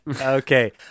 Okay